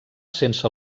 sense